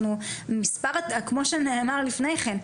כמו שנאמר לפני כן,